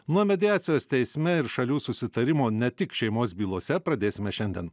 nuo mediacijos teisme ir šalių susitarimo ne tik šeimos bylose pradėsime šiandien